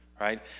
right